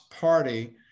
party